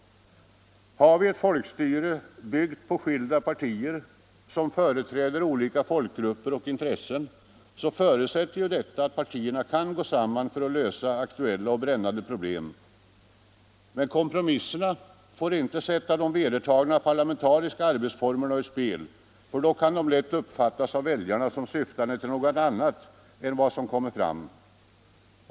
Har vi ett folkstyre, byggt på skilda partier, som företräder olika folkgrupper och intressen, så förutsätter detta att partierna kan gå samman för att lösa aktuella och brännande problem. Men kompromisserna får inte sätta de vedertagna parlamentariska arbetsformerna ur spel, för då kan det lätt uppfattas av väljarna som syftande till något annat än vad som kommer fram.